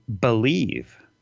believe